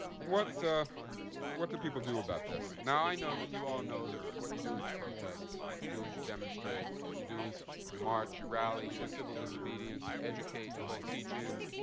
what ah what do people do about this? now, i know that you all know that what you do is you protest. what you do is you demonstrate. what you do is you march, you rally, you do civil disobedience, you educate, you hold teach-ins,